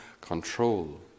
control